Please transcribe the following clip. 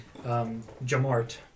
Jamart